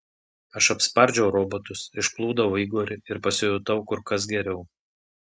aš apspardžiau robotus išplūdau igorį ir pasijutau kur kas geriau